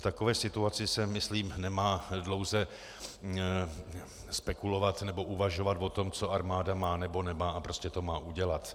V takové situaci se myslím nemá dlouze spekulovat nebo uvažovat o tom, co armáda má, nebo nemá, a prostě to má udělat.